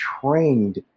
trained